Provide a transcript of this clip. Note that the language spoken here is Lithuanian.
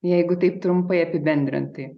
jeigu taip trumpai apibendrinti